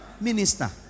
Minister